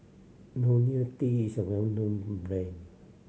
Ionil T is a well known brand